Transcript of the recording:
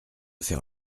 faire